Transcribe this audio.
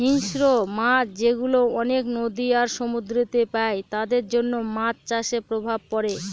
হিংস্র মাছ যেগুলা অনেক নদী আর সমুদ্রেতে পাই তাদের জন্য মাছ চাষের প্রভাব পড়ে